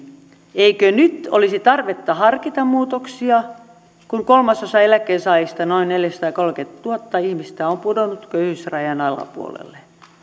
eikö nyt olisi tarvetta harkita muutoksia kun kolmasosa eläkkeensaajista noin neljäsataakolmekymmentätuhatta ihmistä on pudonnut köyhyysrajan alapuolelle